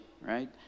right